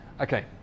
Okay